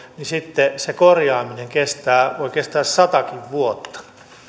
niin sitten se korjaaminen voi kestää satakin vuotta